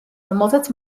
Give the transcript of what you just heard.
რომელზეც